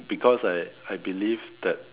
because I I believe that